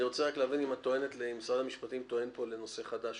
אני רוצה להבין אם משרד המשפטים טוען פה לנושא חדש,